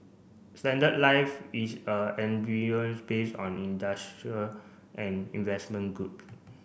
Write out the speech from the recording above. Standard Life is a based on industrial and investment group